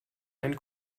einen